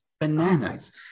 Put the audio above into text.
bananas